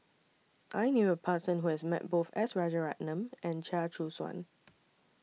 I knew A Person Who has Met Both S Rajaratnam and Chia Choo Suan